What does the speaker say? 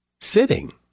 sitting